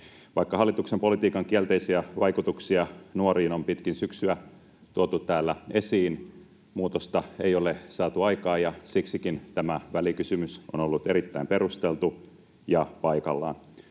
Vaikka hallituksen politiikan kielteisiä vaikutuksia nuoriin on pitkin syksyä tuotu täällä esiin, muutosta ei ole saatu aikaan, ja siksikin tämä välikysymys on ollut erittäin perusteltu ja paikallaan.